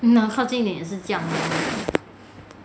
拿靠近一点也是这样 leh